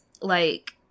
Like-